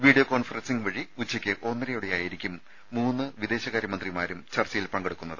video conferencing വഴി ഉച്ചയ്ക്ക് ഒന്നരയോടെയായിരിക്കും മൂന്ന് വിദേശകാര്യ മന്ത്രിമാരും ചർച്ചയിൽ പങ്കെടുക്കുന്നത്